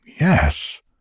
yes